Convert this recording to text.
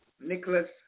Nicholas